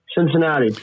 Cincinnati